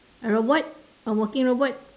a robot a walking robot